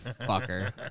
fucker